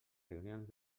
reunions